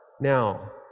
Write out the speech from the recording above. now